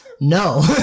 No